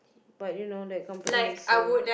but you know that company is a